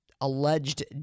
alleged